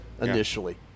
initially